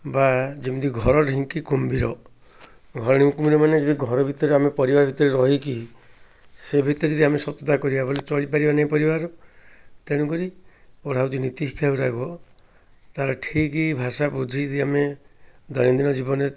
ବା ଯେମିତି ଘର ଢିଙ୍କି କୁମ୍ଭୀର ଘର ଢିଙ୍କି କୁମ୍ଭୀର ମାନେ ଯଦି ଘର ଭିତରେ ଆମେ ପରିବାର ଭିତରେ ରହିକି ସେ ଭିତରେ ଯଦି ଆମେ ଶତୃତା କରିବା ବୋଲେ ଚଳିପାରିବା ନାହିଁ ପରିବାର ତେଣୁକରି ପଢ଼ା ହେଉଛି ନୀତିଶିକ୍ଷାଗୁଡ଼ାକ ତା'ହେଲେ ଠିକ୍ ଭାଷା ବୁଝି ଯଦି ଆମେ ଦୈନନ୍ଦିନ ଜୀବନରେ